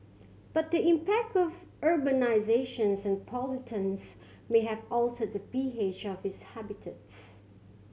but impact of urbanisation and pollutants may have altered the P H of its habitats